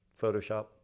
photoshop